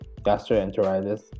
gastroenteritis